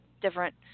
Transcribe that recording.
different